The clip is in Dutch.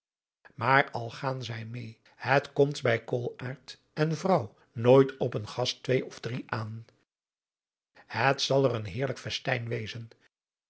maar al gaan zij meê het komt bij koolaart en vrouw nooit op een gast twee drie aan het zal er een heerlijk festijn wezen